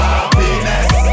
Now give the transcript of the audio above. Happiness